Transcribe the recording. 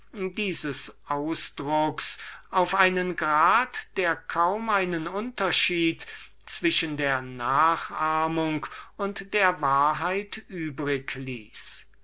dieses ausdrucks auf einen grad der kaum einen unterschied zwischen der nachahmung und der wahrheit